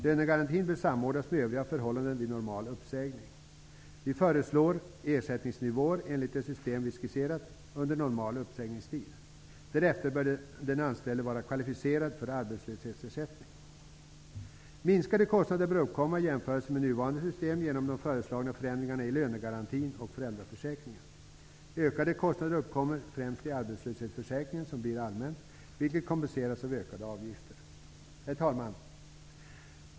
Lönegarantin bör samordnas med övriga förhållanden vid normal uppsägning. Vi föreslår ersättningsnivåer, enligt det system vi har skisserat, under normal uppsägningstid. Därefter bör den anställde vara kvalificerad för arbetslöshetsersättning. I jämförelse med nuvarande system bör kostnaderna för de föreslagna förändringarna i lönegarantin och föräldraförsäkringen bli mindre. Ökade kostnader uppkommer främst i arbetslöshetsförsäkringen som blir allmän, vilket kompenseras av ökade avgifter. Herr talman!